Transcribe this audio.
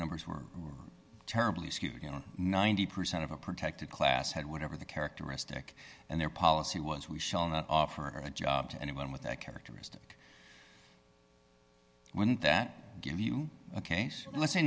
numbers were terribly skewed you know ninety percent of a protected class had whatever the characteristic and their policy was we shall not offer a job to anyone with that characteristic wouldn't that give you a case let's say